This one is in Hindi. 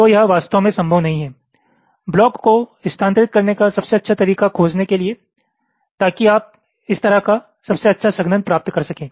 तो यह वास्तव में संभव नहीं है ब्लॉक को स्थानांतरित करने का सबसे अच्छा तरीका खोजने के लिए ताकि आप इस तरह का सबसे अच्छा संघनन प्राप्त कर सकें